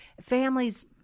families